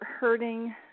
hurting